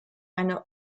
eine